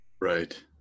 Right